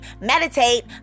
meditate